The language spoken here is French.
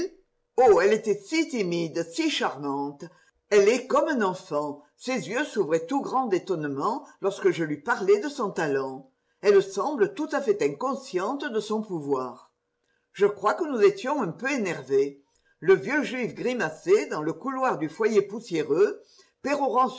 elle était si timide si charmante elle est comme un enfant ses yeux s'ouvraient tout grands d'étonnement lorsque je lui parlais de son talent elle semble tout à fait inconsciente de son pouvoir je crois que nous étions un peu énervés le vieux juif grimaçait dans le couloir du foyer poussiéreux